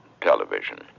television